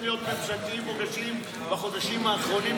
להיות ממשלתיים מוגשים בחודשים האחרונים,